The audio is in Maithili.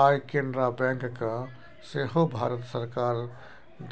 आय केनरा बैंककेँ सेहो भारत सरकार